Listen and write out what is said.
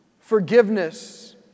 forgiveness